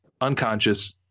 Unconscious